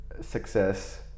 success